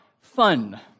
fun